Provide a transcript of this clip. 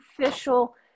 official